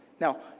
Now